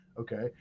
Okay